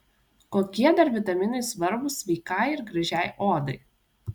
kokie dar vitaminai svarbūs sveikai ir gražiai odai